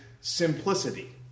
Simplicity